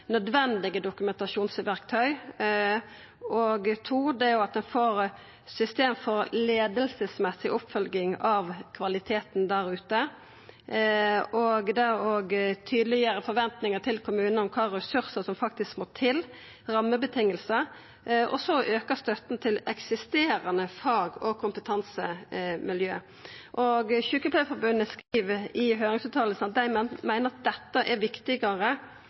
system for leiingsmessig oppfølging av kvaliteten der ute. Ein må tydeleggjera forventningane til kommunane om kva ressursar og rammevilkår som faktisk må til. Ein må auka støtta til eksisterande fag- og kompetansemiljø. Sjukepleiarforbundet skriv i høyringsuttalen at dei meiner dette er viktigare